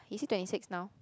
is he twenty six now